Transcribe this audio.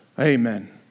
Amen